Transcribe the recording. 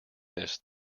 this